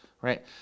right